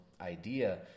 idea